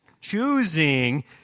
choosing